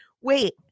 Wait